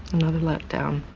another letdown.